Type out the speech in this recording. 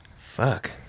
Fuck